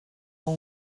com